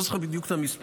לא זוכר בדיוק את המספר,